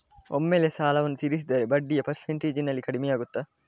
ಒಮ್ಮೆಲೇ ಸಾಲವನ್ನು ತೀರಿಸಿದರೆ ಬಡ್ಡಿಯ ಪರ್ಸೆಂಟೇಜ್ನಲ್ಲಿ ಕಡಿಮೆಯಾಗುತ್ತಾ?